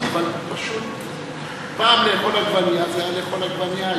אבל פשוט פעם לאכול עגבנייה זה היה לאכול עגבנייה.